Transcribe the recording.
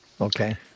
okay